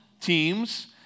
teams